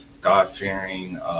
God-fearing